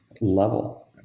level